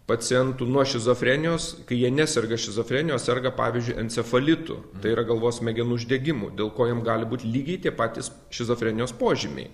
pacientų nuo šizofrenijos kai jie neserga šizofrenija o serga pavyzdžiui encefalitu tai yra galvos smegenų uždegimu dėl ko jam gali būti lygiai tie patys šizofrenijos požymiai